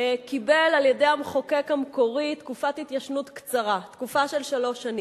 קריאה שנייה וקריאה שלישית.